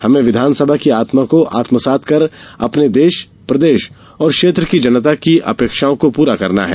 हमें संविधान की आत्मा को आत्मसात कर अपने देश प्रदेश और क्षेत्र की जनता की अपेक्षाओं को पूरा करना है